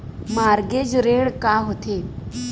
Mortgage ऋण का होथे?